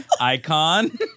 Icon